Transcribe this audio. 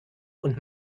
und